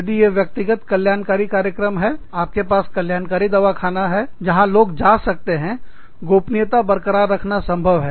यदि यह व्यक्तिगत कल्याणकारी कार्यक्रम है आपके पास कल्याणकारी दवाखाना है जहां लोग जा सकते हैं गोपनीयता बरकरार रखना संभव है